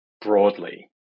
broadly